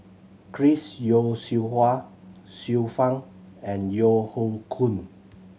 Chris Yeo Siew Hua Xiu Fang and Yeo Hoe Koon